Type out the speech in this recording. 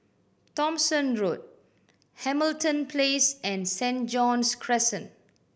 Thomson Road Hamilton Place and Saint John's Crescent